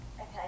okay